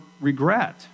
regret